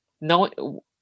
no